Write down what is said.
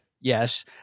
Yes